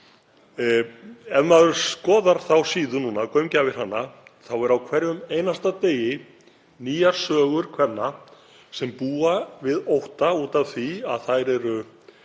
Ef maður skoðar þá síðu núna, gaumgæfir hana, þá eru á hverjum einasta degi nýjar sögur kvenna sem búa við ótta út af því að þær eru